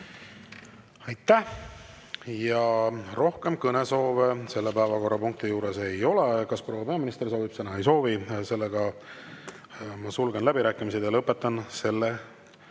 Aitäh! Rohkem kõnesoove selle päevakorrapunkti juures ei ole. Kas proua peaminister soovib sõna? Ei soovi. Sulgen läbirääkimised ja lõpetan selle